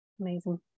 Amazing